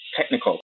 technical